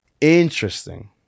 Interesting